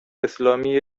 اسلامی